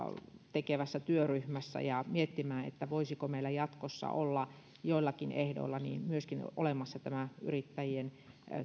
tekevässä työryhmässä ja miettimään voisiko meillä jatkossa olla joillakin ehdoilla olemassa myöskin tämä yrittäjien